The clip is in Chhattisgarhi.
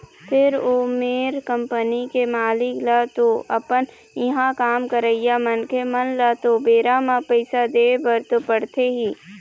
फेर ओ मेर कंपनी के मालिक ल तो अपन इहाँ काम करइया मनखे मन ल तो बेरा म पइसा देय बर तो पड़थे ही